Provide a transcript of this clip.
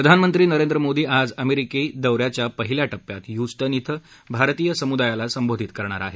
प्रधानमंत्री नरेंद्र मोदी आज अमेरिकी दौऱ्याच्या पहिल्या टप्प्यात ह्युस्टन इथं भारतीय समुदायाला संबोधित करणार आहेत